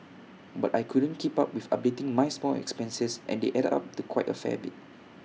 but I couldn't keep up with updating my small expenses and they added up to quite A fair bit